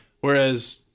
Whereas